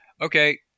Okay